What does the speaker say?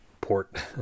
port